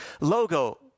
logo